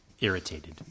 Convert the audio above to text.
Irritated